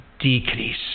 decrease